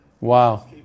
Wow